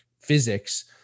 physics